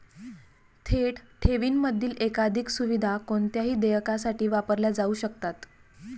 थेट ठेवींमधील एकाधिक सुविधा कोणत्याही देयकासाठी वापरल्या जाऊ शकतात